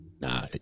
Nah